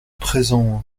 présent